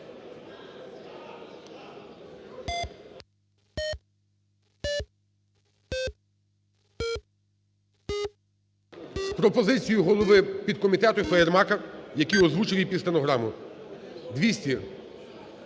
З пропозицією голови підкомітету Фаєрмарка, який озвучив її під стенограму.